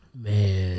Man